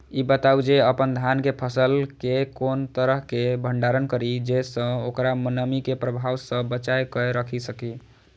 ई बताऊ जे अपन धान के फसल केय कोन तरह सं भंडारण करि जेय सं ओकरा नमी के प्रभाव सं बचा कय राखि सकी?